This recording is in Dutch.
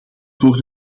voor